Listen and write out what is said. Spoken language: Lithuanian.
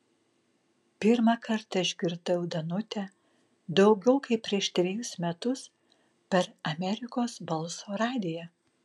pirmą kartą išgirdau danutę daugiau kaip prieš trejus metus per amerikos balso radiją